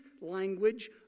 language